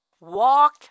Walk